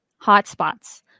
hotspots